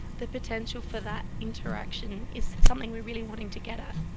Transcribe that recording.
the potential for that interaction is something we're really wanting to get at.